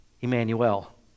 Emmanuel